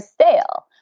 sale